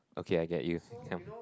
okay I get you come